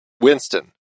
Winston